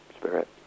spirit